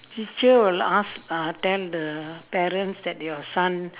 teacher will ask uh tell the parents that your son